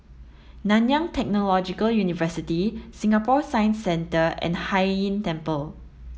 Nanyang Technological University Singapore Science Centre and Hai Inn Temple